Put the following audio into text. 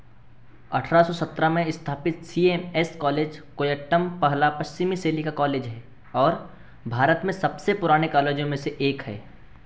अठारह से सत्रह में स्थापित C M S college Kottayam पहला पश्चिमी शैली का कॉलेज है और भारत में सबसे पुराने कॉलेजों में से एक है